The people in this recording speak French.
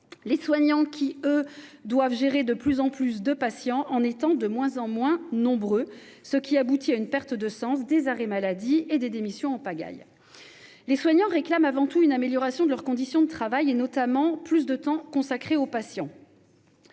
les soignants doivent, eux, gérer de plus en plus de patients en étant de moins en moins nombreux, ce qui aboutit à une perte de sens, des arrêts maladie et des démissions en pagaille. Les soignants réclament avant tout une amélioration de leurs conditions de travail, et notamment plus de temps consacré au patient.